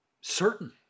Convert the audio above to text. certain